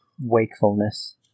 Wakefulness